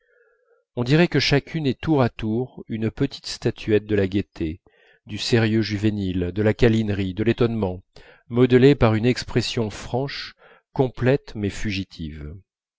on dirait que chacune est tour à tour une petite statuette de la gaieté du sérieux juvénile de la câlinerie de l'étonnement modelée par une expression franche complète mais fugitive